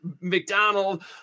McDonald